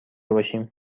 باشیم